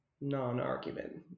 non-argument